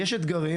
יש אתגרים,